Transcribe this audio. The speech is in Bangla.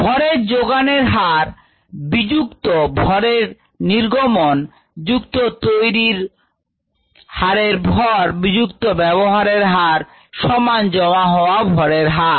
ভরের যোগানের হার বিযুক্ত ভরের নির্গমন যুক্ত তৈরির হাড়ের ভর বিযুক্ত ব্যবহারের হার সমান জমা হওয়ার ভরের হার